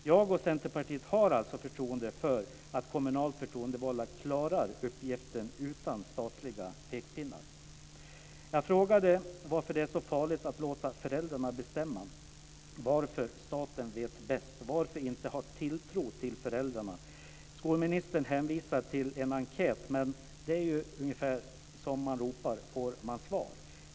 Jag och Centerpartiet har förtroende för att kommunalt förtroendevalda klarar denna uppgift utan statliga pekpinnar. Jag frågade varför det är så farligt att låta föräldrarna bestämma, varför staten vet bäst och varför man inte har tilltro till föräldrarna. Skolministern hänvisade till en enkät, men den var ju lite av: Som man ropar får man svar.